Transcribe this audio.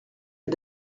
est